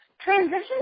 Transition